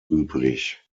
üblich